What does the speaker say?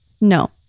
No